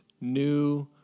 new